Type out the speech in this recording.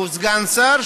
שהוא סגן שר,